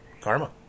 karma